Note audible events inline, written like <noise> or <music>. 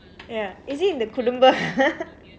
ya is it in the குடும்பம்:kudumbam <laughs>